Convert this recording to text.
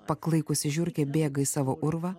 paklaikusi žiurkė bėga į savo urvą